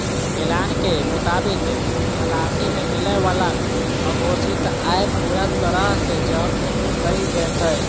ऐलान के मुताबिक तलाशी में मिलय वाला अघोषित आय पूरा तरह से जब्त कइल जयतय